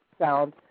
sound